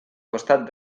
costat